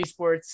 Esports